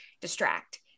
distract